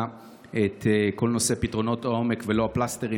את כל נושא פתרונות העומק ולא הפלסטרים,